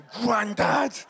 Granddad